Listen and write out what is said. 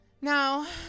Now